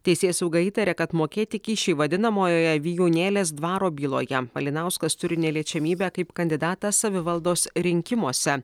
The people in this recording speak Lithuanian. teisėsauga įtaria kad mokėti kyšiai vadinamojoje vijūnėlės dvaro byloje malinauskas turi neliečiamybę kaip kandidatas savivaldos rinkimuose